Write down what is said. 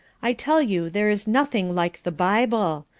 i tell you there is nothing like the bible.